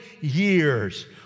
years